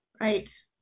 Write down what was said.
Right